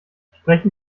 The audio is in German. sprechen